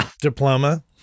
Diploma